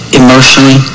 emotionally